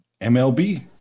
MLB